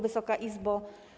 Wysoka Izbo!